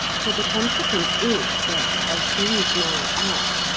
for the consequence is that, as things now are,